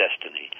destiny